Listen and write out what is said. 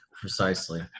precisely